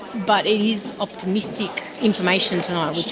but it is optimistic information tonight, which